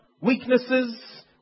weaknesses